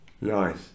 nice